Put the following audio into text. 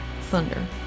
Thunder